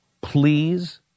please